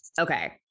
Okay